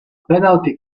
penalty